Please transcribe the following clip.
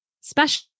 special